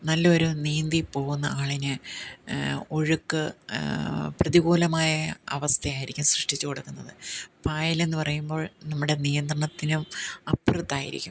നല്ലൊരു നീന്തി പോവുന്ന ആളിന് ഒഴുക്ക് പ്രതികൂലമായ അവസ്ഥയായിരിക്കും സൃഷ്ടിച്ച് കൊടുക്കുന്നത് പായലെന്ന് പറയുമ്പോൾ നമ്മുടെ നിയന്ത്രണത്തിനും അപ്പുറത്തായിരിക്കും